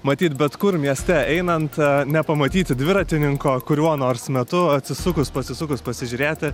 matyt bet kur mieste einant nepamatyti dviratininko kuriuo nors metu atsisukus pasisukus pasižiūrėti